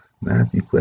Matthew